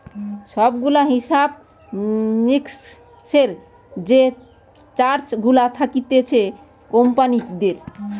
সব গুলা হিসাব মিক্সের যে চার্ট গুলা থাকতিছে কোম্পানিদের